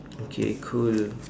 okay cool